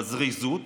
בזריזות,